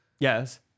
Yes